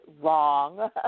Wrong